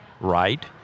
right